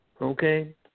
Okay